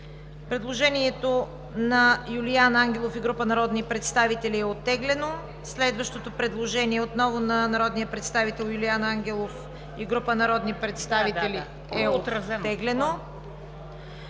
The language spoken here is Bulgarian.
Предложението на Юлиан Ангелов и група народни представители е оттеглено. Следващото предложение е отново на Юлиан Ангелов и група народни представители – оттеглено.